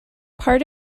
part